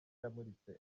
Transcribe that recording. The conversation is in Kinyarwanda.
yamuritse